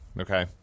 Okay